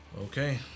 Okay